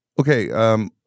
Okay